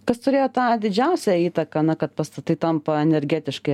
kas turėjo tą didžiausią įtaką na kad pastatai tampa energetiškai